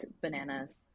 bananas